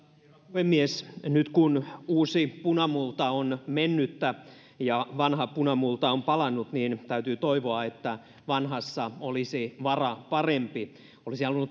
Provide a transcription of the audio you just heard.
puhemies nyt kun uusi punamulta on mennyttä ja vanha punamulta on palannut niin täytyy toivoa että vanhassa olisi vara parempi olisin halunnut